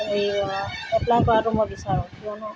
apply কৰাটো মই বিচাৰোঁ কিয়নো